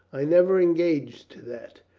i never engaged to that.